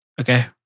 Okay